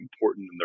important